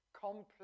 complex